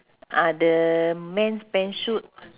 ah the men's pants suit